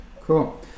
Cool